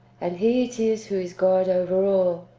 and he it is who is god over all,